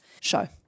show